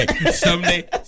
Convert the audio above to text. someday